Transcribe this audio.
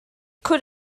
could